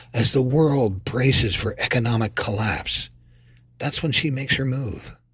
as the world braces for economic collapse that's when she makes her move.